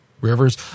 rivers